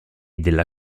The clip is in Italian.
della